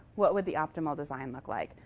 what would the optimal design look like?